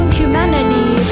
humanity